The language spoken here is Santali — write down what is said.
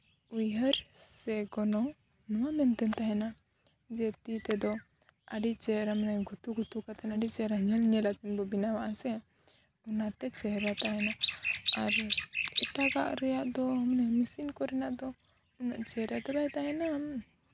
ᱩᱭᱦᱟᱹᱨ ᱥᱮ ᱜᱚᱱᱚᱝ ᱱᱩᱱᱟᱹᱜ ᱢᱚᱡᱽ ᱛᱟᱦᱮᱱᱟ ᱡᱮ ᱛᱤ ᱛᱮᱫᱚ ᱟᱹᱰᱤ ᱪᱮᱦᱨᱟ ᱱᱚᱣᱟ ᱜᱩᱛᱩᱼᱜᱩᱛᱩ ᱠᱟᱛᱮᱫ ᱟᱹᱰᱤ ᱪᱮᱦᱨᱟ ᱧᱮᱞ ᱧᱮᱞᱟᱜ ᱛᱮ ᱵᱮᱱᱟᱣᱚᱜᱼᱟ ᱥᱮ ᱚᱱᱟ ᱛᱮ ᱪᱮᱦᱨᱟ ᱛᱟᱦᱮᱱᱟ ᱟᱨ ᱮᱴᱟᱜᱟᱜ ᱨᱮᱭᱟᱜ ᱫᱚ ᱢᱟᱱᱮ ᱢᱤᱥᱤᱱ ᱠᱚᱨᱮᱱᱟᱜ ᱫᱚ ᱩᱱᱟᱹᱜ ᱪᱮᱦᱨᱟ ᱜᱮ ᱵᱟᱭ ᱛᱟᱦᱮᱱᱟ